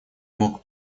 мог